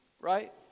right